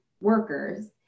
workers